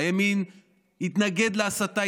הימין התנגד להסתה,